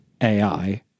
AI